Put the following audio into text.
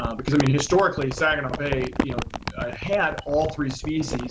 um because i mean, historically, saginaw bay you know ah had all three species